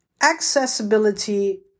Accessibility